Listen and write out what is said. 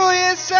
yes